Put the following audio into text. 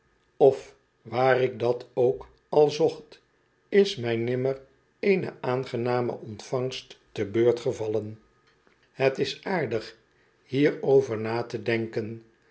of waar ik dat ook al zocht is mij nimmer eene aangename ontvangst te beurt gevallen het is aardig hierover na te denken